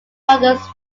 modules